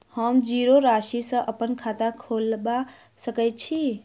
हम जीरो राशि सँ अप्पन खाता खोलबा सकै छी?